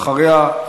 ואחריה,